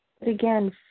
Again